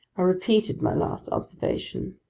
repeated my last observation.